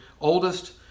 oldest